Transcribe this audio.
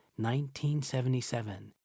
1977